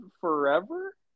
forever